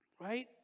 right